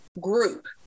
group